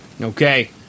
Okay